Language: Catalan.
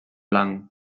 blanc